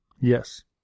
Yes